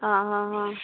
ହଁ ହଁ ହଁ